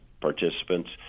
participants